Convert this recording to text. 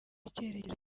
icyerekezo